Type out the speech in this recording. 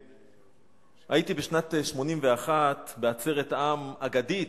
בשנת 1981 הייתי בעצרת עם אגדית,